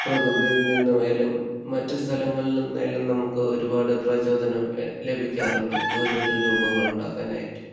പ്രകൃതിയിൽ നിന്നായാലും മറ്റ് സ്ഥലങ്ങളിൽ നിന്നായാലും നുമുക്ക് ഒരുപാട് പ്രചോദനം ലഭിക്കാറുണ്ട് ഓരോരോ രൂപങ്ങളുണ്ടാക്കാനായിട്ട്